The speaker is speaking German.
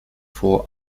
vor